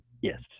Yes